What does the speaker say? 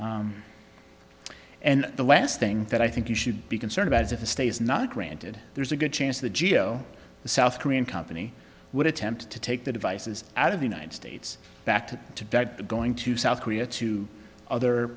and the last thing that i think you should be concerned about is if the state is not granted there's a good chance the geo south korean company would attempt to take the devices out of the united states back to tibet the going to south korea to other